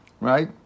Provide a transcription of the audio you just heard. right